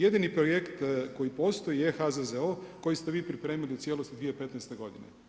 Jedini projekt koji postoji je HZZO koji ste vi pripremili u cijelosti 2015. godine.